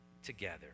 together